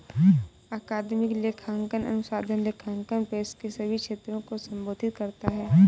अकादमिक लेखांकन अनुसंधान लेखांकन पेशे के सभी क्षेत्रों को संबोधित करता है